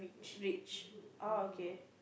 which oh okay